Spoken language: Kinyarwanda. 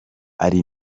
ari